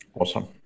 Awesome